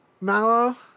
Mallow